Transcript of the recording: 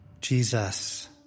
Jesus